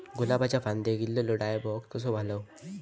गुलाबाच्या फांदिर एलेलो डायबॅक कसो घालवं?